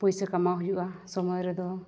ᱯᱩᱭᱥᱟᱹ ᱠᱟᱢᱟᱣ ᱦᱩᱭᱩᱜᱼᱟ ᱥᱚᱢᱚᱭ ᱨᱮᱫᱚ